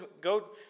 go